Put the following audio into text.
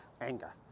anger